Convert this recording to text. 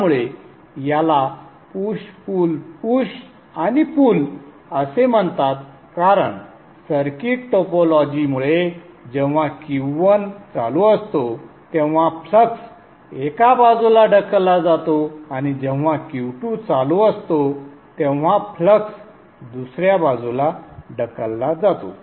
त्यामुळे याला push pull push आणि पुल असे म्हणतात कारण सर्किट टोपोलॉजीमुळे जेव्हा Q1 चालू असतो तेव्हा फ्लक्स एका बाजूला ढकलला जातो आणि जेव्हा Q2 चालू असतो तेव्हा फ्लक्स दुसऱ्या बाजूला ढकलला जातो